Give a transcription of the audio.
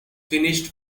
finished